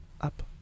Up